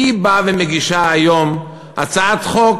היא באה ומגישה היום הצעת חוק